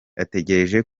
ategereje